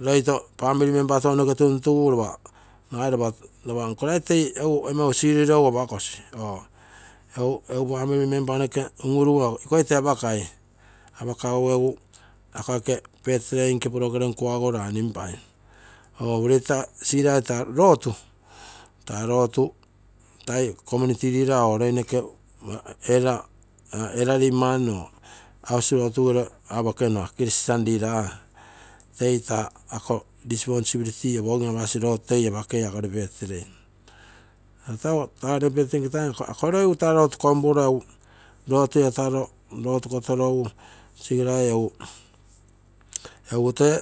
Loi family tounoke tuntugu nogai lopa toi nkolaito family rilo apako, egu family member noke tuntugu ikoi toi apakoro ako birthday nke program kuago running pai, ureita sigirai taa lotu, tai community leader or elderly house lotu gere ekenua christian leeder toitaa responsibility opogim, apasi lotu toi apakei akogere birthday. Sigirai egu tee